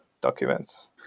documents